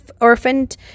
orphaned